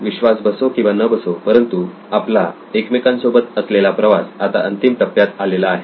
विश्वास बसो किंवा न बसो परंतु आपला एकमेकांसोबत असलेला प्रवास आता अंतिम टप्प्यात आलेला आहे